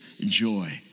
joy